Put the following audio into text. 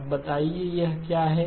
अब बताइए ये क्या है